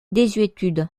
désuétude